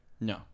No